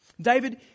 David